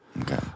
okay